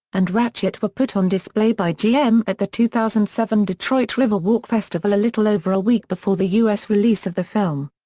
and ratchet were put on display by gm at the two thousand and seven detroit river walk festival a little over a week before the u s. release of the film.